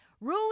Rui